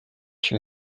she